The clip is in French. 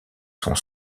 sont